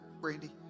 Brandy